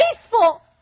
faithful